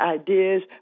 ideas